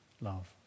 love